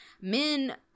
men